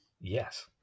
yes